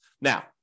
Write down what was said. Now